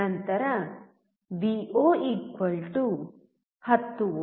ನಂತರ ವಿಒ 10ವಿ